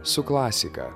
su klasika